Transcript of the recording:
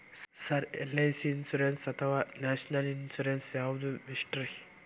Sir LIC insurance ಅಥವಾ national insurance ಯಾವುದು ಬೆಸ್ಟ್ರಿ?